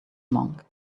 monk